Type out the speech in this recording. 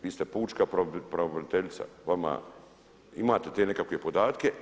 Vi ste pučka pravobraniteljica, vama, imate te nekakve podatke.